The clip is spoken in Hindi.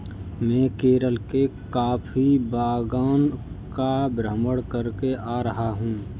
मैं केरल के कॉफी बागान का भ्रमण करके आ रहा हूं